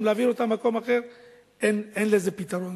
ונעביר אותם למקום אחר אין לזה פתרון.